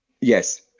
Yes